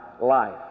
life